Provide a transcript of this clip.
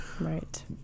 Right